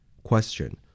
Question